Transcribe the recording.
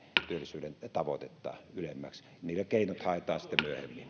työllisyyden kuudenkymmenentuhannen tavoitetta ylemmäksi niille keinot haetaan sitten